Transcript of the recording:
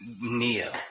Neo